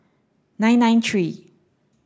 nine nine three